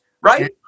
right